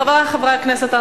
חברי חברי הכנסת,